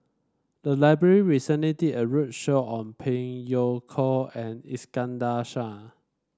the library recently did a roadshow on Phey Yew Kok and Iskandar Shah